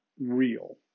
real